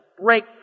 break